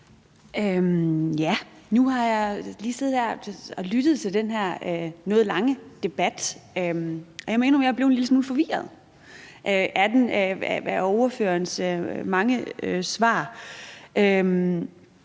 (V): Nu har jeg siddet her og lyttet til den her noget lange debat, og jeg må indrømme, at jeg er blevet en lille smule forvirret over ordførerens mange svar.